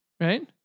right